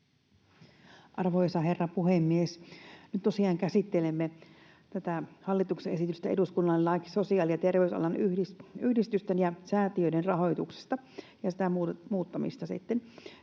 Arvoisa herra puhemies! Nyt tosiaan käsittelemme hallituksen esitystä eduskunnalle laiksi sosiaali- ja terveysalan yhdistysten ja säätiöiden rahoituksesta ja sen muuttamisesta.